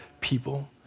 people